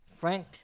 Frank